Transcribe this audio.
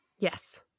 Yes